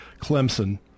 Clemson